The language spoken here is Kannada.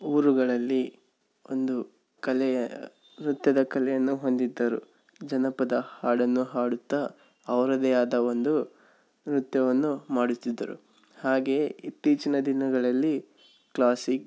ಊರುಗಳಲ್ಲಿ ಒಂದು ಕಲೆ ನೃತ್ಯದ ಕಲೆಯನ್ನು ಹೊಂದಿದ್ದರು ಜಾನಪದ ಹಾಡನ್ನು ಹಾಡುತ್ತಾ ಅವರದೇ ಆದ ಒಂದು ನೃತ್ಯವನ್ನು ಮಾಡುತ್ತಿದ್ದರು ಹಾಗೆಯೇ ಇತ್ತೀಚಿನ ದಿನಗಳಲ್ಲಿ ಕ್ಲಾಸಿಕ್